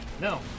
No